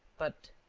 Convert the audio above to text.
but.